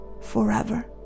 forever